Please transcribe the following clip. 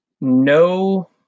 No